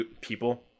people